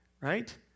Right